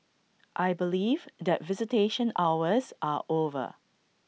I believe that visitation hours are over